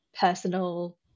personal